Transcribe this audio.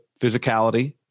physicality